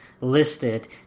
listed